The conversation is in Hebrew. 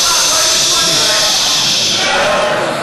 מזכירת הכנסת ירדנה מלר-הורוביץ: